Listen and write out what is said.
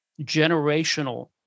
generational